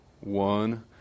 one